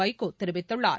வைகோதெரிவித்துள்ளார்